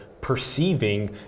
perceiving